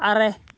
ᱟᱨᱮ